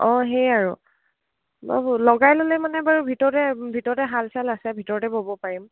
অঁ সেয় আৰু লগাই ল'লে মানে বাৰু ভিতৰতে ভিতৰতে হাল চাল আছে ভিতৰতে ব'ব পাৰিম